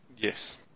Yes